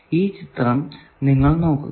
ഈ ചിത്രം നിങ്ങൾ നോക്കുക